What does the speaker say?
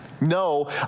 No